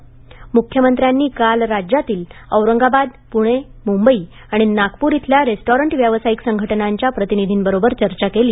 म्ख्यमंत्र्यांनी काल राज्यातील औरंगाबाद प्णे म्ंबई आणि नागप्र इथल्या रेस्टॉरंट व्यावसायिक संघटनांच्या प्रतिनिधींबरोबर चर्चा केली